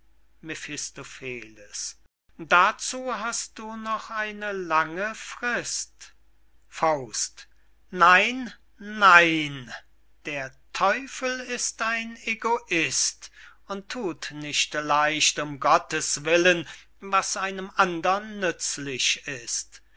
dazu hast du noch eine lange frist nein nein der teufel ist ein egoist und thut nicht leicht um gottes willen was einem andern nützlich ist